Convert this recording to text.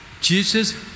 Jesus